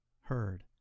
heard